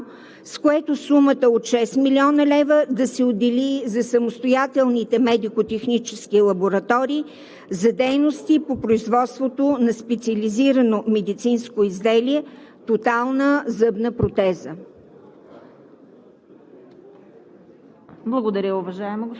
1.1.3.3.1, с което сумата от 6 млн. лв. да се отдели за самостоятелните медико- технически лаборатории и за дейности по производството на специализирано медицинско изделие „тотална зъбна протеза“.